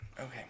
Okay